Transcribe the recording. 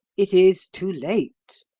it is too late.